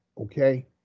okay